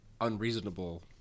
unreasonable